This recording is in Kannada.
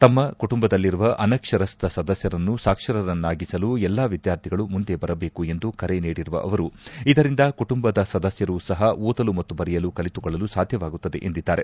ತಮ್ಮ ಕುಟುಂಬದಲ್ಲಿರುವ ಅನಕ್ಷರಸ್ತ ಸದಸ್ವರನ್ನು ಸಾಕ್ಷರರನ್ನಾಗಿಸಲು ಎಲ್ಲಾ ವಿದ್ವಾರ್ಥಿಗಳು ಮುಂದೆ ಬರಬೇಕೆಂದು ಕರೆ ನೀಡಿರುವ ಅವರು ಇದರಿಂದ ಕುಟುಂಬದ ಸದಸ್ಟರೂ ಸಹ ಓದಲು ಮತ್ತು ಬರೆಯಲು ಕಲಿತುಕೊಳ್ಳಲು ಸಾಧ್ಯವಾಗುತ್ತದೆ ಎಂದಿದ್ದಾರೆ